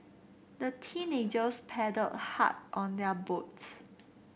the teenagers paddled hard on their boats